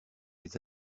les